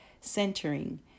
centering